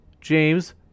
James